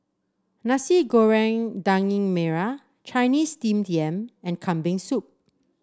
Nasi Goreng Daging Merah Chinese Steamed Yam and Kambing Soup